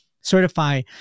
certify